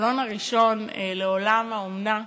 החלון הראשון לעולם האומנה,